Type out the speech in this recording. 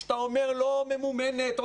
שלא ממומנת,